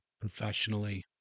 professionally